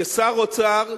כשר האוצר,